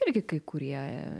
irgi kai kurie